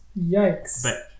Yikes